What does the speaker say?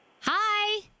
Hi